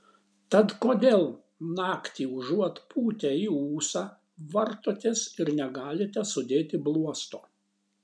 tad kodėl naktį užuot pūtę į ūsą vartotės ir negalite sudėti bluosto